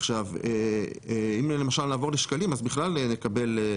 עכשיו אם למשל נעבור לשקלים אז בכלל נקבל.